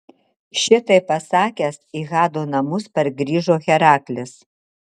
šitai pasakęs į hado namus pargrįžo heraklis